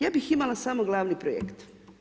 Ja bih imala samo glavni projekt.